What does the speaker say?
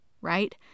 right